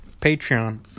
Patreon